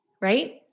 right